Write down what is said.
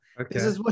Okay